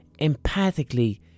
empathically